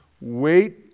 wait